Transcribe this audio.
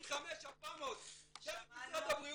היה 5400* של משרד הבריאות,